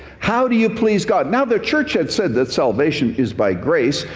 how do you please god? now the church had said that salvation is by grace,